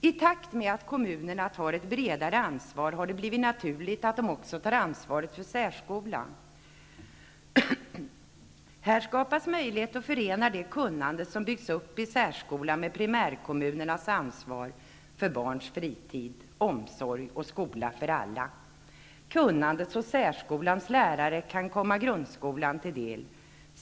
I takt med att kommunerna tar ett bredare ansvar har det blivit naturligt att de också tar över ansvaret för särskolan. Här skapas möjligheten att förena det kunnande som byggts upp i särskolan med primärkommunernas ansvar för barns fritid, omsorg och skola för alla. Kunnandet hos särskolans lärare kan komma grundskolan till del.